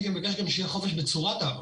הייתי מבקש גם שיהיה חופש בצורת העברה.